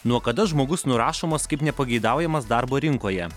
nuo kada žmogus nurašomas kaip nepageidaujamas darbo rinkoje